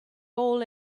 all